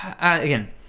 again